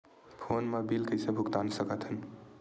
Phone मा bill कइसे भुक्तान साकत हन?